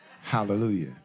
Hallelujah